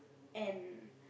and